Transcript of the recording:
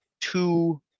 two